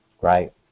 Right